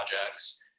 projects